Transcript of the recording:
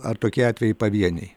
ar tokie atvejai pavieniai